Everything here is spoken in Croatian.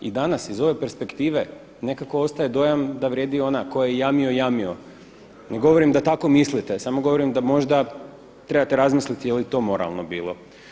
I danas iz ove perspektive nekako ostaje dojam da vrijedi ona „tko je jamio, jamio“ Ne govorim da tako mislite samo govorim da možda trebate razmisliti jeli to moralno bilo.